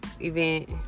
event